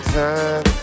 time